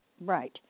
Right